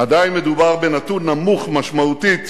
עדיין מדובר בנתון נמוך משמעותית